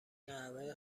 نحوه